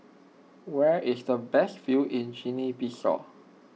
where is the best view in Guinea Bissau